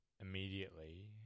immediately